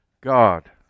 God